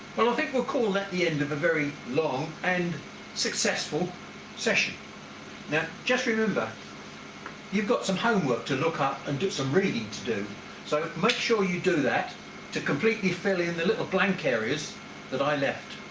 well i think we'll call that the end of a very long and successful session now just remember you've got some homework to look up and do some reading to do so make sure you do that to completely fill in the little blank areas that i left